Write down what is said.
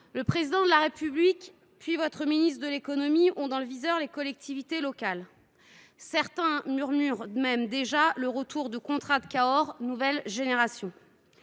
le Président de la République, puis votre ministre de l’économie ont dans le viseur les collectivités locales. Certains murmurent même déjà l’arrivée de contrats de Cahors de nouvelle génération